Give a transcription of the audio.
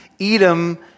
Edom